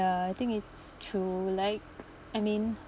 uh I think it's through like I mean